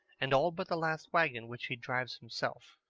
and all but the last wagon, which he drives himself.